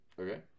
Okay